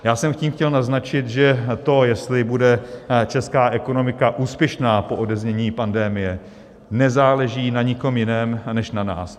Já jsem tím chtěl naznačit, že to, jestli bude česká ekonomika úspěšná po odeznění pandemie, nezáleží na nikom jiném než na nás.